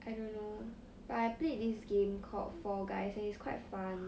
I don't know but I played this game called four guys and it's quite fun